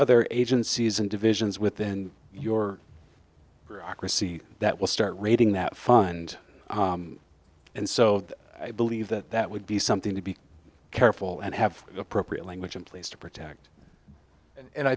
other agencies and divisions within your accuracy that will start rating that fund and so i believe that that would be something to be careful and have appropriate language in place to protect and i